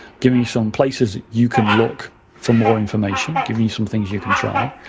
given you some places you can look for more information, given you some things you can try,